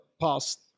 past